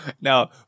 Now